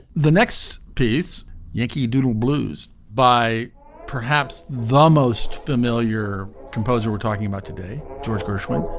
the next piece yankee doodle blues by perhaps the most familiar composer we're talking about today george gershwin